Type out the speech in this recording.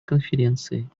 конференцией